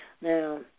Now